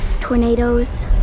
tornadoes